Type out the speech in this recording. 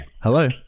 Hello